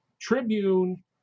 Tribune